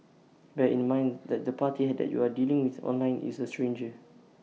bear in mind that the party had that you are dealing with online is A stranger